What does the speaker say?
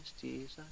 Jesus